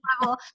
level